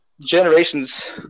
generations